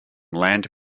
land